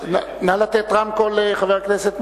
נא לתת רמקול לחבר הכנסת מולה.